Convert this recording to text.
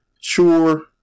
Sure